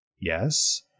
Yes